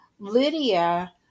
Lydia